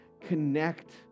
connect